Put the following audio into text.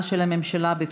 לסיים, בבקשה.